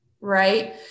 right